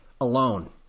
alone